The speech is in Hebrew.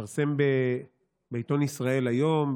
התפרסם בעיתון ישראל היום,